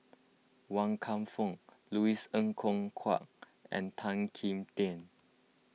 Wan Kam Fook Louis Ng Kok Kwang and Tan Kim Tian